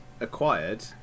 acquired